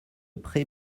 prés